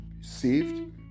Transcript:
saved